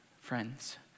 friends